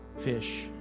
fish